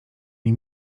nie